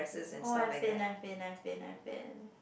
oh I faint I faint I faint I faint